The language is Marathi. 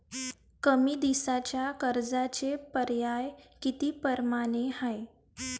कमी दिसाच्या कर्जाचे पर्याय किती परमाने हाय?